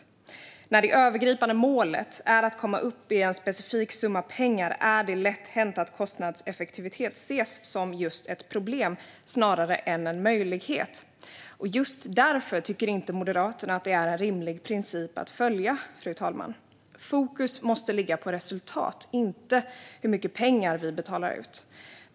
När det övergripande målet är att komma upp i en specifik summa pengar är det lätt hänt att kostnadseffektivitet ses som ett problem snarare än en möjlighet. Just därför tycker inte Moderaterna att detta är en rimlig princip att följa, fru talman. Fokus måste ligga på resultat - inte på hur mycket pengar vi betalar ut.